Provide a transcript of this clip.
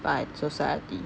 by society